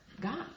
God